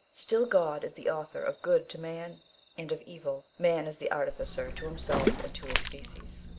still god is the author of good to man and of evil, man is the artificer to himself and to his species.